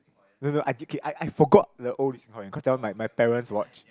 no no no I okay I I forgot the old cause that one my my parents watch